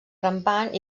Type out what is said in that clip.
rampant